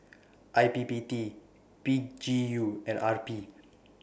I P P T P G U and R P